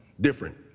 different